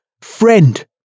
friend